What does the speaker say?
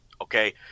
Okay